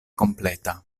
kompleta